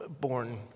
born